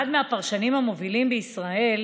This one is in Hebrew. אחד מהפרשנים המובילים בישראל,